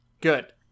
Good